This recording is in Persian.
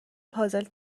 پازل